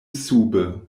sube